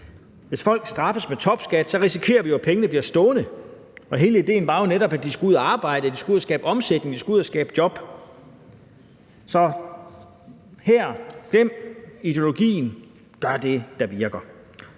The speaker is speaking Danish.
Hvis folk straffes med topskat, risikerer vi jo, at pengene bliver stående – og hele idéen var jo netop, at de skulle ud at arbejde, skabe omsætning, skabe job. Så glem ideologien her; gør det, der virker.